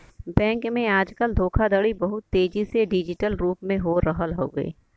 bank में आजकल धोखाधड़ी बहुत तेजी से डिजिटल रूप में हो रहल हउवे